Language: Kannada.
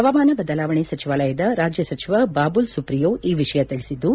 ಪವಾಮಾನ ಬದಲಾವಣೆ ಸಚಿವಾಲಯದ ರಾಜ್ಯ ಸಚಿವ ಬಾಬುಲ್ ಸುಪ್ರಿಯೋ ಈ ವಿಷಯ ತಿಳಿಸಿದ್ದು